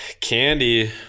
candy